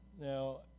Now